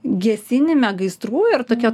gesinime gaisrų ir tokia